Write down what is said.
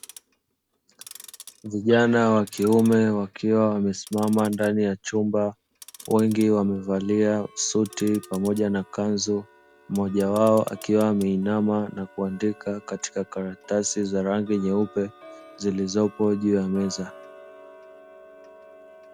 Vijana wakiume wakiwa wamesimama ndani ya chumba, wengi wamevalia suti pamoja na kanzu, mmoja wao akiwa ameinama na kuandika katika karatasi za rangi nyeupe, zilizopo juu ya meza.